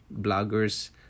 bloggers